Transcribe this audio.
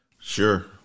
Sure